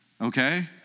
okay